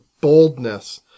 boldness